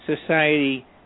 society